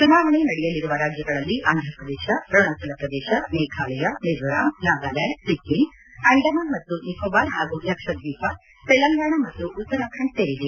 ಚುನಾವಣೆ ನಡೆಯಲಿರುವ ರಾಜ್ಯಗಳಲ್ಲಿ ಆಂಧ್ರಪ್ರದೇಶ ಅರುಣಾಚಲ ಪ್ರದೇಶ ಮೇಘಾಲಯ ಮಿಜೋರಾಂ ನಾಗಾಲ್ಲಾಂಡ್ ಸಿಕಿಂ ಅಂಡಮಾನ್ ಮತ್ತು ನಿಕೋಬಾರ್ ಹಾಗೂ ಲಕ್ಷದ್ನೀಪ ತೆಲಂಗಾಣ ಮತ್ತು ಉತ್ತರಾಖಂಡ್ ಸೇರಿವೆ